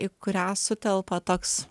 į kurią sutelpa toks